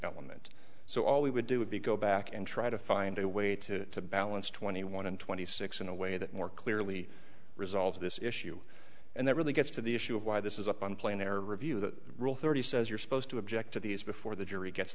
element so all we would do would be go back and try to find a way to balance twenty one and twenty six in a way that more clearly resolve this issue and that really gets to the issue of why this is up on plane air review that rule thirty says you're supposed to object to these before the jury gets